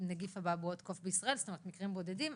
אבעבועות הקוף בישראל מקרים בודדים,